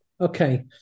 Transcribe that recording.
Okay